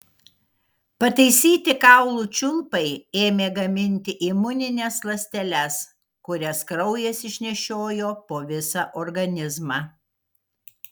pataisyti kaulų čiulpai ėmė gaminti imunines ląsteles kurias kraujas išnešiojo po visą organizmą